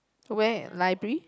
where library